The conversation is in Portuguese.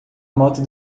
moto